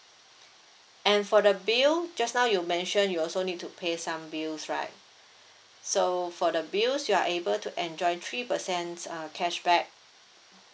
and for the bill just now you mentioned you also need to pay some bills right so for the bills you are able to enjoy three percent err cashback